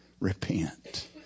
repent